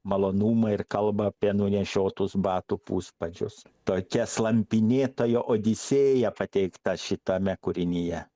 malonumą ir kalba apie nunešiotus batų puspadžius tokia slampinėtojo odisėja pateikta šitame kūrinyje